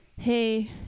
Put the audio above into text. Hey